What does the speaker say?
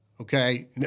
Okay